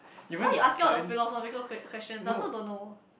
why you asking all the philosophical que~ question I also don't know